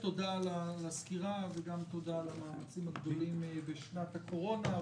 תודה על הסקירה וגם תודה על המאמצים הגדולים בשנת הקורונה.